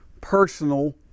personal